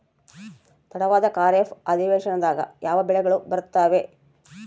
ತಡವಾದ ಖಾರೇಫ್ ಅಧಿವೇಶನದಾಗ ಯಾವ ಬೆಳೆಗಳು ಬರ್ತಾವೆ?